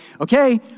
okay